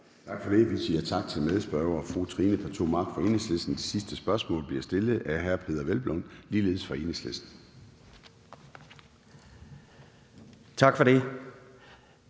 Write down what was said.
Tak for det. Så siger vi tak til medspørger fru Trine Pertou Mach fra Enhedslisten. Det sidste spørgsmål bliver stillet af hr. Peder Hvelplund, ligeledes fra Enhedslisten. Kl.